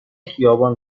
خیابان